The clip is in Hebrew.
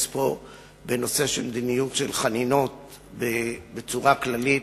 פה לנושא של מדיניות חנינות בצורה כללית.